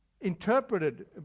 interpreted